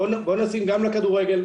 בואו נשים גם לכדורגל,